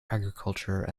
agriculture